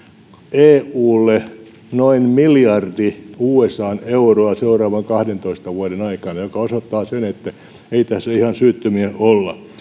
eulle noin miljardi euroa seuraavan kahdentoista vuoden aikana mikä osoittaa sen että ei tässä ihan syyttömiä olla